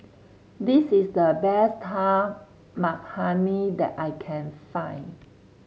this is the best Dal Makhani that I can find